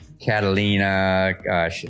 Catalina